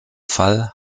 fall